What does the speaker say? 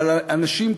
אבל אנשים,